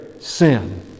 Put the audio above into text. sin